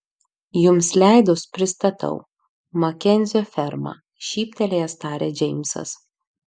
jums leidus pristatau makenzio ferma šyptelėjęs tarė džeimsas